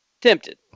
Tempted